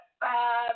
five